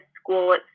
school